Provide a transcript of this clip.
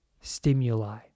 stimuli